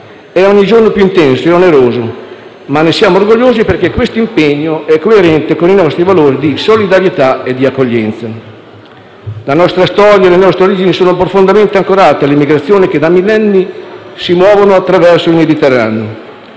è ogni giorno più intenso e oneroso; ma ne siamo orgogliosi, perché questo impegno è coerente con i nostri valori di solidarietà e di accoglienza. La nostra storia e le nostre origini sono profondamente ancorate alle migrazioni che da millenni si muovono attraverso il Mediterraneo.